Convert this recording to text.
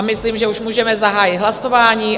Myslím, že už můžeme zahájit hlasování.